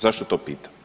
Zašto to pitam?